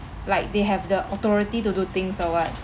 like they have the authority to do things or what